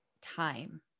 time